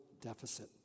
deficit